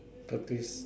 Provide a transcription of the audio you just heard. thirties